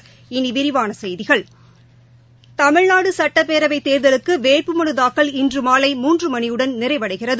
இனி விரிவாள செய்திகள் தமிழ்நாடு சட்டப்பேரவைத் தோதலுக்கு வேட்பு மலுதாக்கல் இன்று மாலை மூன்று மணியுடன் நிறைவடைகிறது